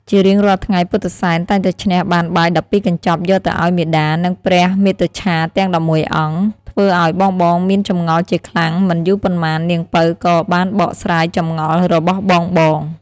ជារៀងរាល់ថ្ងៃពុទ្ធិសែនតែងតែឈ្នះបានបាយ១២កញ្ចប់យកទៅឲ្យមាតា និងព្រះមាតុច្ឆាទាំង១១អង្គ ធ្វើឲ្យបងៗមានចម្ងល់ជាខ្លាំងមិនយូរប៉ុន្មាននាងពៅក៏បានបកស្រាយចម្ងល់របស់បងៗ។